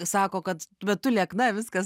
sako kad bet tu liekna viskas